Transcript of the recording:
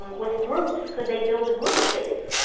with groups, could they build a group space